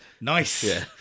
Nice